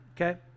okay